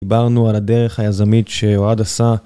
דיברנו על הדרך היזמית שיועד עשה